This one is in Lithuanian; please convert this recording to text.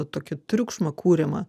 tokį triukšmą kuriamą